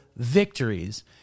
victories